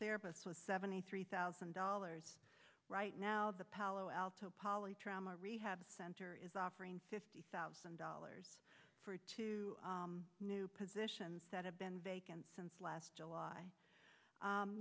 therapist was seventy three thousand dollars right now the palo alto poly trauma rehab center is offering fifty thousand dollars for two new positions that have been vacant since last july